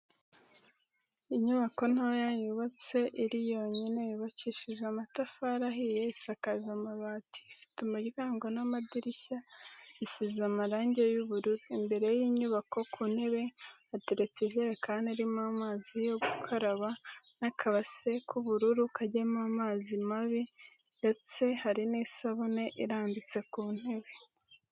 Inyubako ntoya yubatse iri yonyine, yubakishije amatafari ahiye isakaje amabati ifite umuryango n'amadirishya bisize amarangi y'ubururu, imbere y'inyubako ku ntebe hateretse ijerekani irimo amazi yo gukaraba n'akabase k'ubururu kajyamo amazi mabi ndetse hari n'isabuni irambitse ku ntebe.